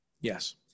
Yes